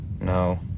No